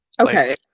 Okay